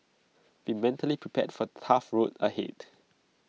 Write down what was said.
be mentally prepared for tough road ahead